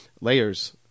Layers